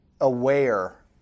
aware